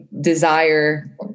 desire